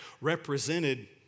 represented